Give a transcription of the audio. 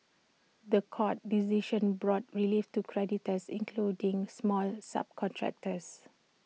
The Court decision brought relief to creditors including smaller subcontractors